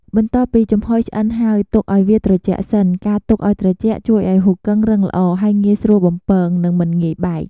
បន្ទាប់ពីចំហុយឆ្អិនហើយ ទុកឱ្យវាត្រជាក់សិន ការទុកឱ្យត្រជាក់ជួយឱ្យហ៊ូគឹងរឹងល្អ ហើយងាយស្រួលបំពង និងមិនងាយបែក។